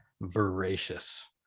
voracious